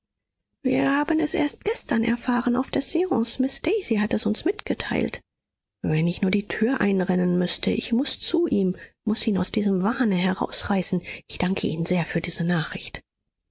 wir haben es erst gestern erfahren auf der seance miß daisy hat es uns mitgeteilt wenn ich auch die tür einrennen müßte ich muß zu ihm muß ihn aus diesem wahne herausreißen ich danke ihnen sehr für diese nachricht